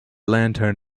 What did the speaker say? lantern